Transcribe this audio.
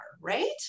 Right